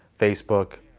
facebook,